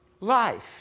life